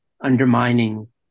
undermining